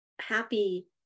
happy